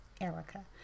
Erica